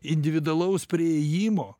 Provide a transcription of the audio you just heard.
individualaus priėjimo